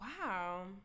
Wow